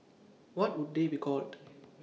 what would they be called